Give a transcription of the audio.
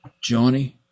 Johnny